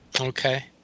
okay